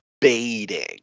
baiting